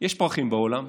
יש פרחים באולם,